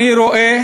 אני רואה